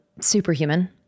Superhuman